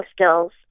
skills